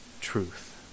truth